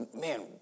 man